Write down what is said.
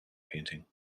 painting